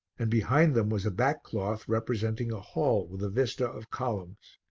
and behind them was a back cloth representing a hall with a vista of columns.